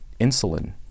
Insulin